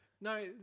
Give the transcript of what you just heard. no